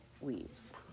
weaves